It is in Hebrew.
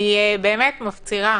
אני באמת מפצירה